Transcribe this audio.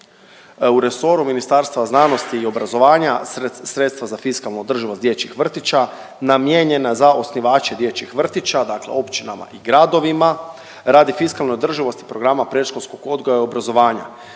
U resoru Ministarstva znanosti i obrazovanja sredstva za fiskalnu održivost dječjih vrtića namijenjena za osnivače dječjih vrtića, dakle općinama i gradovima radi fiskalne održivosti programa predškolskog odgoja i obrazovanja